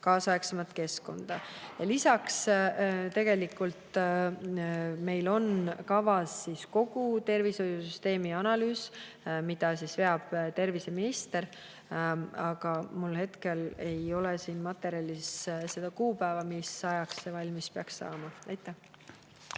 kaasaegsemat [töö]keskkonda. Tegelikult on meil kavas kogu tervishoiusüsteemi analüüsida, mida veab terviseminister, aga mul hetkel ei ole siin materjalis kuupäeva, mis ajaks see valmis peaks saama. Aitäh!